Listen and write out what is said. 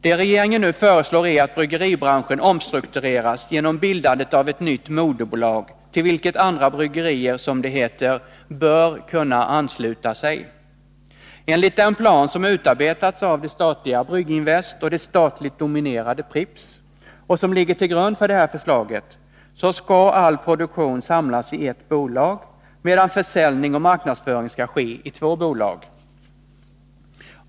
Det regeringen nu föreslår är att bryggeribranschen omstruktureras genom bildandet av ett nytt moderbolag till vilket andra bryggerier, som det heter, ”bör kunna ansluta sig”. Enligt den plan som utarbetats av det statliga Brygginvest och det statligt dominerade Pripps och som ligger till grund för det här förslaget skall all produktion samlas i ett bolag, medan försäljning och marknadsföring skall skei två bolag.